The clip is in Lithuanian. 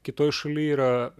kitoj šaly yra